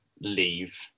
leave